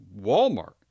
Walmart